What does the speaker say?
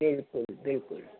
बिल्कुलु बिल्कुलु